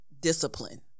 discipline